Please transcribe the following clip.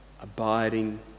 abiding